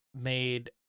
made